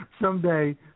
someday